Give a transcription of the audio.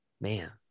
Man